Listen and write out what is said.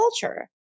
culture